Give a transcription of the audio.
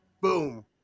boom